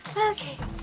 Okay